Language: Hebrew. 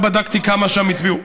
לא בדקתי כמה שם הצביעו.